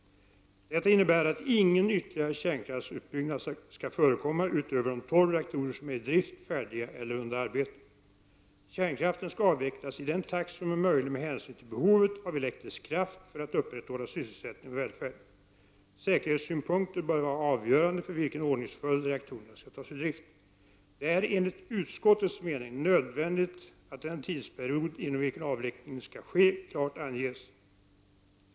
Detta innebär att ingen ytterligare kärnkraftsutbyggnad skall förekomma utöver de tolv reaktorer som är i drift, färdiga eller under arbete. Kärnkraften skall avvecklas i den takt som är möjlig med hänsyn till behovet av elektrisk kraft för att upprätthålla sysselsättning och välfärd. Säkerhetssynpunkter bör vara avgörande för i vilken ordningsföljd de skall tas ur drift. Det är enligt utskottets mening nödvändigt att den tidsperiod inom vilken avvecklingen skall ske klart anges.